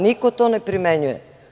Niko to ne primenjuje.